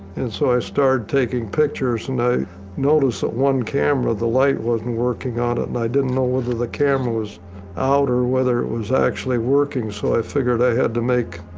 and so i started taking pictures, and i noticed that one camera, the light wasn't working. on it, and i didn't know whether the camera was. or whether it was actually working, so i figured i had to make.